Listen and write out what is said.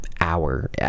hour